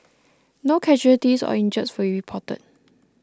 no casualties or injuries were reported